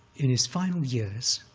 in his final years,